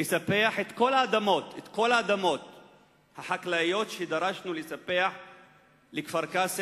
לספח את כל האדמות החקלאיות שדרשנו לספח לכפר-קאסם,